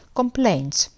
complaints